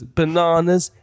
bananas